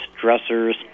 dressers